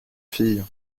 fille